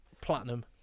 Platinum